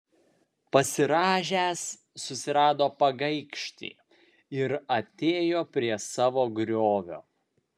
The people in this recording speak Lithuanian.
pasirąžęs susirado pagaikštį ir atėjo prie savo griovio